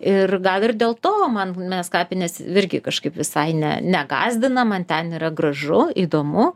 ir gal ir dėl to man mes kapines irgi kažkaip visai ne negąsdina man ten yra gražu įdomu